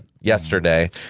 yesterday